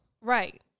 right